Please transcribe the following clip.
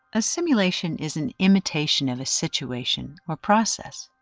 a simulation is an imitation of a situation or process.